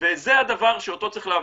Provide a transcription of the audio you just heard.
וזה הדבר שאותו צריך להבין.